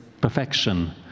perfection